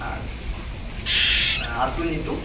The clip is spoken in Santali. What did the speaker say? ᱟᱪᱷᱟ ᱟᱹᱛᱩ ᱧᱩᱛᱩᱢ